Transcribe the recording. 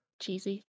cheesy